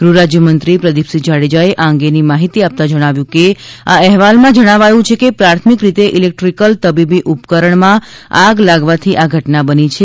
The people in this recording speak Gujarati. ગૃહમંત્રી શ્રી પ્રદીપ જાડેજાએ આ અંગેની માહિતી આપતા જણાવ્યું છે કે આ અહેવાલમાં જણાવાયું છે કે પ્રાથમિક રીતે ઇલેક્ટ્રીક્લ તબીબી ઉપકરણમાં આગ લાગવાથી આ ઘટના બની છે